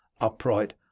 upright